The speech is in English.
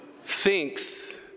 thinks